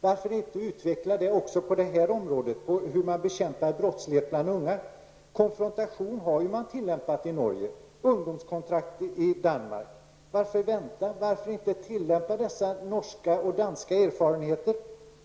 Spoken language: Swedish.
Varför inte utveckla detta också på det här området, hur man bekämpar brottslighet bland unga? Konfrontation har man tillämpat i Norge och ungdomskontrakt i Danmark. Varför vänta? Varför inte tillämpa dessa norska och danska erfarenheter?